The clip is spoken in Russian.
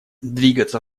двигаться